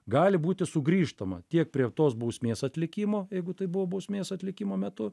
gali būti sugrįžtama tiek prie tos bausmės atlikimo jeigu tai buvo bausmės atlikimo metu